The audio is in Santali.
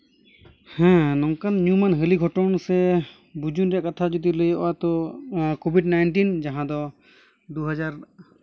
ᱦᱮᱸ ᱱᱚᱝᱠᱟᱱ ᱧᱩᱢᱟᱱ ᱦᱟᱹᱞᱤ ᱜᱷᱚᱴᱚᱱ ᱥᱮ ᱵᱩᱡᱩᱱ ᱨᱮᱭᱟᱜ ᱠᱟᱛᱷᱟ ᱡᱩᱫᱤ ᱞᱟᱹᱭᱳᱜᱼᱟ ᱛᱚ ᱱᱚᱣᱟ ᱠᱳᱵᱷᱤᱴ ᱱᱟᱭᱤᱱᱴᱤᱱ ᱡᱟᱦᱟᱸ ᱫᱚ ᱫᱩ ᱦᱟᱡᱟᱨ